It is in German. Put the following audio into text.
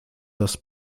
das